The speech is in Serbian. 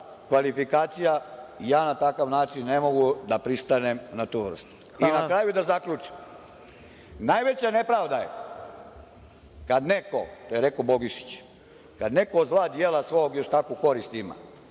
kvalifikacija. Ja na takav način ne mogu da pristanem na tu vrstu. Na kraju, da zaključim. Najveća nepravda je kada neko, to je rekao Bogišić, „Kada neko od zla djela svog još takvu korist ima“.